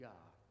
God